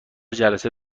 جلسه